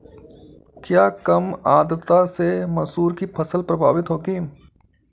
क्या कम आर्द्रता से मसूर की फसल प्रभावित होगी?